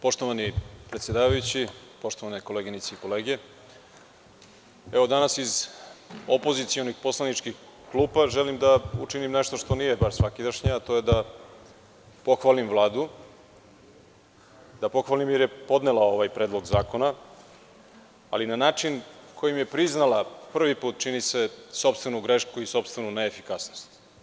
Poštovani predsedavajući, poštovane koleginice i kolege, danas iz opozicionih poslaničkih klupa želim da učinim nešto što nije baš svakidašnje, a to je da pohvalim Vladu, jer je podnela ovaj Predlog zakona, ali na način kojim je priznala prvi put, čini se, sopstvenu grešku i sopstvenu neefikasnost.